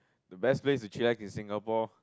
the best place to chillax in Singapore